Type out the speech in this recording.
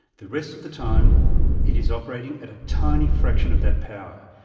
the rest of the time it is operating at a tiny fraction of that power,